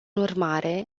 urmare